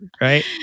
right